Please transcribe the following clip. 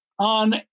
on